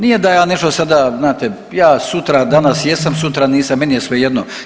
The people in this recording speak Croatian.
Nije da ja nešto sada, znate, ja sutra, danas jesam, sutra nisam, meni je svejedno.